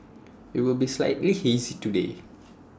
IT will be slightly hazy today